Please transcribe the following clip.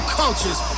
cultures